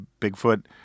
Bigfoot